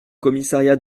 commissariat